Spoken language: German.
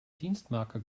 dienstmarke